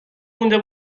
مونده